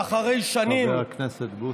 אני יודע שאחרי שנים, חבר הכנסת בוסו.